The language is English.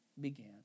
began